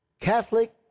Catholic